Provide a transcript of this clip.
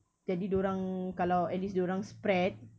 jadi dia orang kalau at least dia orang spread